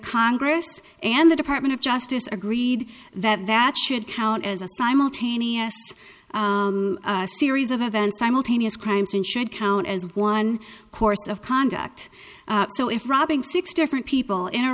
congress and the department of justice agreed that that should count as a simultaneous series of events simultaneous crimes and should count as one course of conduct so if robbing six different people in a